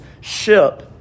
ship